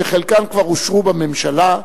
שחלקן כבר אושרו בממשלה,